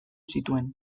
zituen